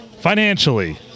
Financially